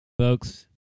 Folks